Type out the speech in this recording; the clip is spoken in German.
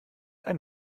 ein